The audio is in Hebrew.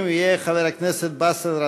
ציון יום אתגרי המחר בתעסוקה: